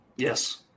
Yes